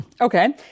Okay